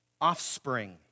offspring